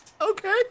Okay